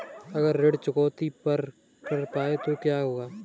अगर ऋण चुकौती न कर पाए तो क्या होगा?